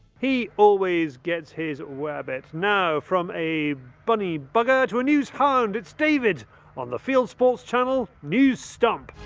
he always get's his wabbit! now from a bunny bugga to a news hound, it's david on the fieldsports channel news stump.